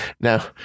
Now